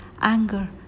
anger